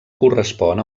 correspon